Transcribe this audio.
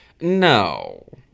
No